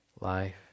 life